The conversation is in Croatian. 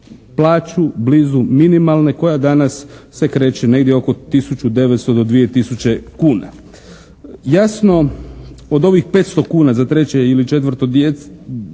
plaću blizu minimalne koja danas se kreće negdje oko 1900 do 2000 kuna. Jasno, od ovih 500 kuna za treće ili četvrto dijete,